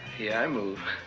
yeah, i move